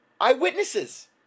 Eyewitnesses